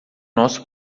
nosso